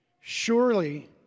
Surely